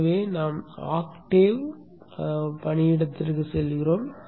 எனவே நாம் ஆக்டேவ் பணியிடத்திற்கு செல்கிறோம்